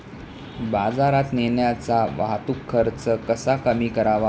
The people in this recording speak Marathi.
बाजारात नेण्याचा वाहतूक खर्च कसा कमी करावा?